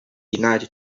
united